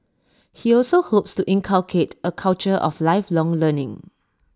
he also hopes to inculcate A culture of lifelong learning